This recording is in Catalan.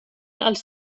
els